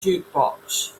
jukebox